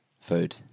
Food